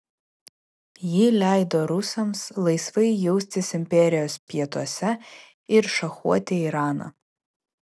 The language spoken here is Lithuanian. ji leido rusams laisvai jaustis imperijos pietuose ir šachuoti iraną